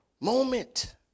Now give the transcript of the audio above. moment